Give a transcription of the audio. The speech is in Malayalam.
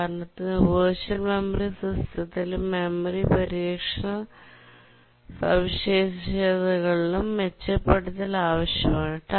ഉദാഹരണത്തിന് വെർച്വൽ മെമ്മറി സിസ്റ്റത്തിലും മെമ്മറി പരിരക്ഷണ സവിശേഷതകളിലും മെച്ചപ്പെടുത്തൽ ആവശ്യമാണ്